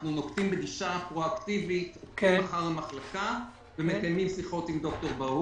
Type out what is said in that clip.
אנחנו נוקטים בגישה פרואקטיבית ומקיימים שיחות עם ד"ר ברהום.